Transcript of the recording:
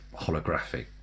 holographic